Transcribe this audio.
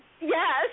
Yes